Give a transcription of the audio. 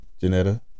Janetta